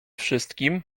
wszystkim